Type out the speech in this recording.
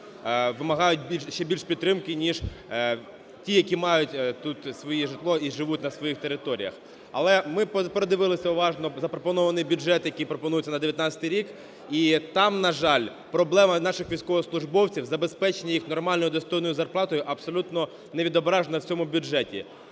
вимагають ще більш підтримки, ніж ті, які мають тут своє житло і живуть на своїх територіях. Але ми передивилися уважно запропонований бюджет, який пропонується на 2019 рік, і там, на жаль, проблема наших військовослужбовців в забезпеченні їх нормальною достойною зарплатою абсолютно не відображена в цьому бюджеті.